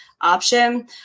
option